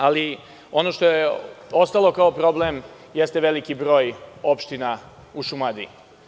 Ali, ono što je ostalo kao problem jeste veliki broj opština u Šumadiji.